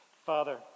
Father